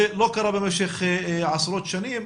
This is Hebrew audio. זה לא קרה במשך עשרות שנים,